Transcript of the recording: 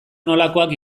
nolakoak